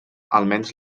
almenys